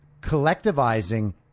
collectivizing